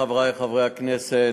חברי חברי הכנסת,